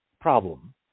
problem